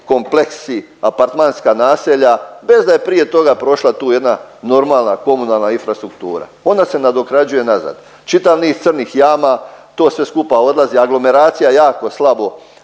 kompleksi, apartmanska naselja bez da je prije toga prošla tu jedna normalna komunalna infrastruktura. Ona se nadoknađuje nazad, čitav niz crnih jama to sve skupa odlazi, aglomeracija jako slabo